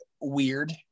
weird